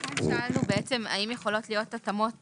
לכן שאלנו האם יכולות להיות התאמות